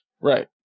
Right